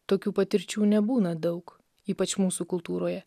tokių patirčių nebūna daug ypač mūsų kultūroje